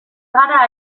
gara